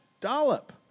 dollop